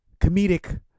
comedic